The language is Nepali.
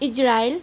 इजरायल